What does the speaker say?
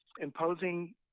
imposing